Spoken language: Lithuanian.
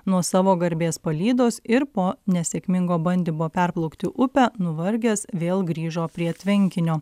nuo savo garbės palydos ir po nesėkmingo bandymo perplaukti upę nuvargęs vėl grįžo prie tvenkinio